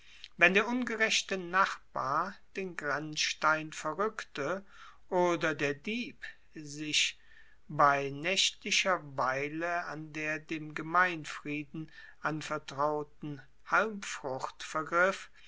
wenn der ungerechte nachbar den grenzstein verrueckte oder der dieb sich bei naechtlicher weile an der dem gemeinfrieden anvertrauten halmfrucht vergriff